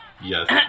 yes